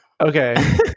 Okay